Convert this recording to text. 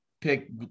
pick